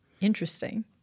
Interesting